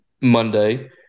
Monday